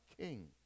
king